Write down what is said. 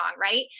right